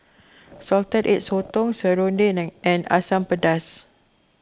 Salted Egg Sotong Serunding and Asam Pedas